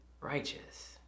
righteous